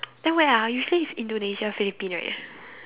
then where ah usually is Indonesia Philippine right